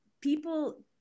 people